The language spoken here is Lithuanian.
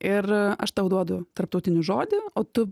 ir aš tau duodu tarptautinį žodį o tu